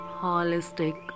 holistic